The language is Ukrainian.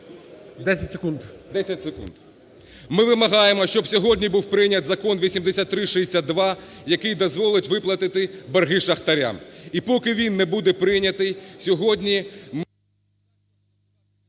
10 секунд. Ми вимагаємо, щоб сьогодні був прийнятий Закон 8362, який дозволить виплатити борги шахтарям. І поки він не буде прийнятий сьогодні…